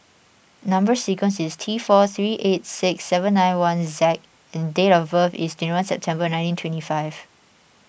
Number Sequence is T four three eight six seven nine one Z and date of birth is twenty one September nineteen twenty five